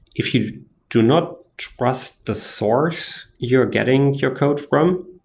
if you do not trust the source you're getting your code from,